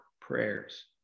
prayers